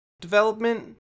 development